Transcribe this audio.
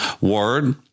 word